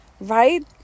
right